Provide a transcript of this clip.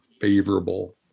favorable